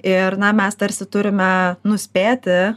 ir na mes tarsi turime nuspėti